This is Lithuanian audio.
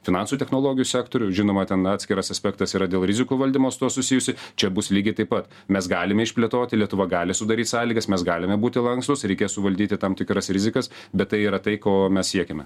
finansų technologijų sektorių žinoma ten atskiras aspektas yra dėl rizikų valdymo su tuo susijusi čia bus lygiai taip pat mes galime išplėtoti lietuva gali sudaryt sąlygas mes galime būti lankstūs reikia suvaldyti tam tikras rizikas bet tai yra tai ko mes siekiame